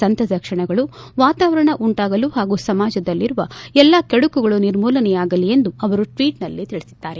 ಸಂತಸದ ಕ್ಷಣಗಳು ವಾತಾವರಣ ಉಂಟಾಗಲು ಹಾಗೂ ಸಮಾಜದಲ್ಲಿರುವ ಎಲ್ಲಾ ಕೆಡಕುಗಳು ನಿರ್ಮೂಲನೆಯಾಗಲಿ ಎಂದು ಅವರು ಟ್ವಿಟ್ನಲ್ಲಿ ತಿಳಿಸಿದ್ದಾರೆ